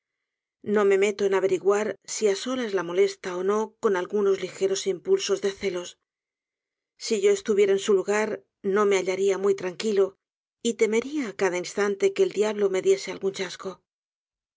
no me meto en averiguar si á solas la molesta ó no con algunos ligeros impulsos de celos si yo estuviera en su lugar no me hallaría muy tranquilo y temería á cada instante que el diablo me diese algún chasco